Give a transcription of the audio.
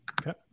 Okay